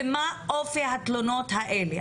ומה אופי התלונות האלה?